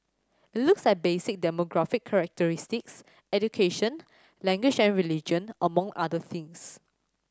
it looks at basic demographic characteristics education language and religion among other things